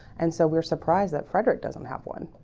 and so we're surprised that frederick doesn't have one.